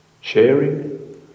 Sharing